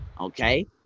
Okay